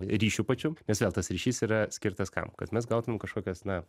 ryšiu pačiu nes vėl tas ryšys yra skirtas kam kad mes gautumėm kažkokias na